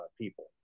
people